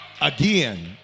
again